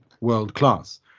world-class